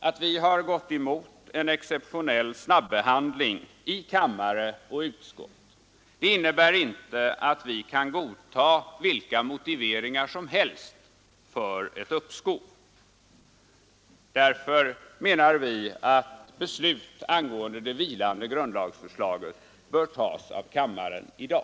Att vi har gått emot en exceptionell snabbehandling i kammare och utskott innebär inte att vi kan godta vilka motiveringar som helst för ett uppskov. Därför menar vi att beslut angående det vilande grundlagsförslaget bör fattas av kammaren i dag.